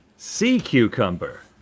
sea cucumber.